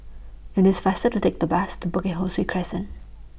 IT IS faster to Take The Bus to Bukit Ho Swee Crescent